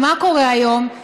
כי מה קורה היום?